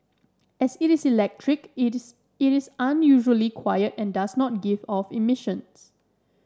as it is electric it is it is unusually quiet and does not give off emissions